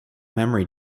memory